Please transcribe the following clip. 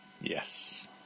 Yes